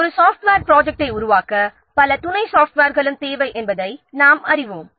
ஒரு சாஃப்ட்வேர் ப்ரொஜெக்ட்டை உருவாக்க பல துணை சாஃப்ட்வேர்களும் தேவை என்பதை நாம் அறிவோம்